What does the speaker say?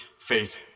Faith